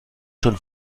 schon